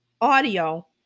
audio